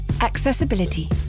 Accessibility